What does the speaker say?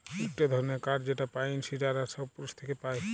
ইকটো ধরণের কাঠ যেটা পাইন, সিডার আর সপ্রুস থেক্যে পায়